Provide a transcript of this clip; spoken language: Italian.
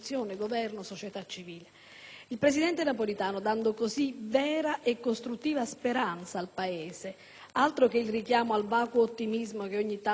Il presidente Napolitano, dando così vera e costruttiva speranza al Paese - altro che il richiamo al vacuo ottimismo che ogni tanto fa il Presidente del Consiglio